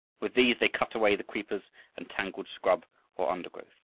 with these they cut away the creepers and tangled scrub or undergrowth.